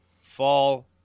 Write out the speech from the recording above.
Fall